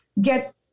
get